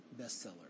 bestseller